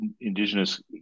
indigenous